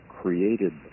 created